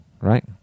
right